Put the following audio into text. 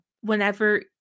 whenever